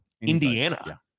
Indiana